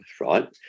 right